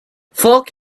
folk